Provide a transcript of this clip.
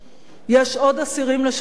יש עוד אסירים לשחרר,